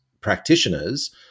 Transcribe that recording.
practitioners